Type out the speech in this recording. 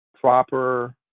proper